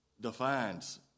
defines